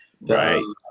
Right